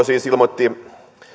siis ilmoitti